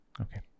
Okay